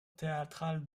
théâtrale